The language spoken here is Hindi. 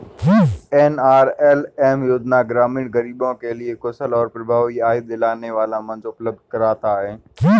एन.आर.एल.एम योजना ग्रामीण गरीबों के लिए कुशल और प्रभावी आय दिलाने वाला मंच उपलब्ध कराता है